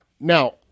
Now